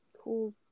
Cool